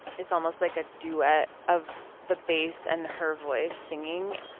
it's almost like a duet of the bass and her voice singing.